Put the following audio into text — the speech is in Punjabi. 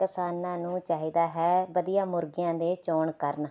ਕਿਸਾਨਾਂ ਨੂੰ ਚਾਹੀਦਾ ਹੈ ਵਧੀਆ ਮੁਰਗਿਆਂ ਦੀ ਚੋਣ ਕਰਨ